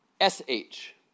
S-H